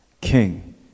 king